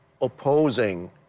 opposing